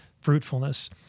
fruitfulness